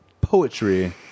poetry